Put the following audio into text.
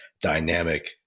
dynamic